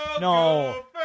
no